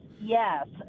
yes